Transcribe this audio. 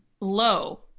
low